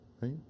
right